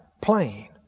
Plain